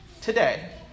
Today